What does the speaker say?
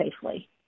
safely